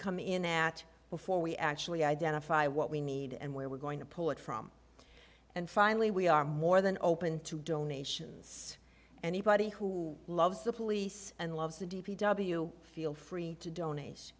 come in at before we actually identify what we need and where we're going to pull it from and finally we are more than open to donations anybody who loves the police and loves the d p w feel free to donat